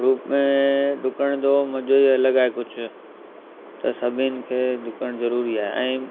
group में डुकण जो मज़ो ई अलॻि आहे कुझ त सभिनि खे डुकणु ज़रूरी आहे ऐं